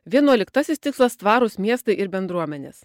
vienuoliktasis tikslas tvarūs miestai ir bendruomenės